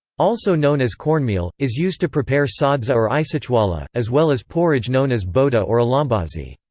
also known as cornmeal, is used to prepare sadza or isitshwala, as well as porridge known as bota or ilambazi.